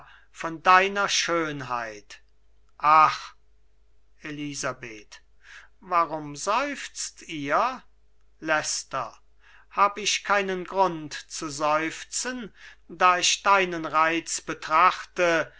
von deiner schönheit ach elisabeth warum seufzt ihr leicester hab ich keinen grund zu seufzen da ich deinen reiz betrachte